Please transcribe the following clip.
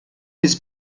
has